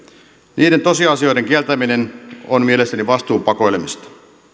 niiden tosiasioiden kieltäminen on mielestäni vastuun pakoilemista